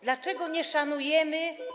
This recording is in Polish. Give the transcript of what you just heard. Dlaczego nie szanujemy